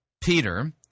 Peter